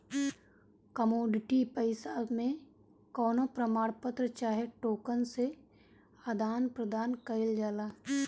commodity पईसा मे कवनो प्रमाण पत्र चाहे टोकन से आदान प्रदान कईल जाला